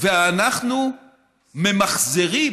ואנחנו ממחזרים